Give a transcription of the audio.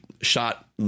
shot